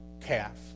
calf